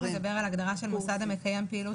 אתה מדבר על ההגדרה של מוסד המקיים פעילות